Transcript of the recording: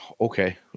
Okay